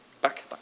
back